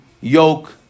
yoke